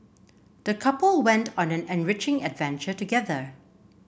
the couple went on an enriching adventure together